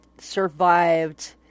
survived